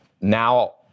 Now